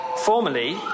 Formerly